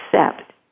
accept